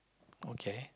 okay